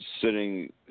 sitting